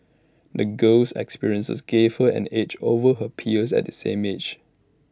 the girl's experiences gave her an edge over her peers at the same age